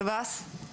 שב"ס,